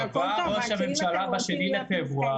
קבע ראש הממשלה ב-2 בפברואר --- בסדר,